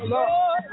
Lord